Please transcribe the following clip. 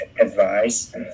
advice